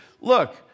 Look